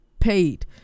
Paid